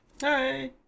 Hey